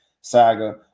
saga